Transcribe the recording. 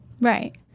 Right